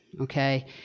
okay